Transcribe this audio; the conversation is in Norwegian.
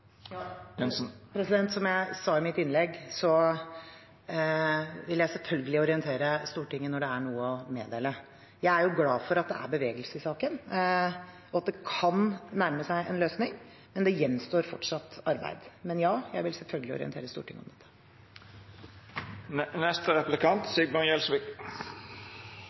Som jeg sa i mitt innlegg, vil jeg selvfølgelig orientere Stortinget når det er noe å meddele. Jeg er glad for at det er bevegelse i saken, og at det kan nærme seg en løsning, men det gjenstår fortsatt arbeid. Ja, jeg vil selvfølgelig orientere Stortinget.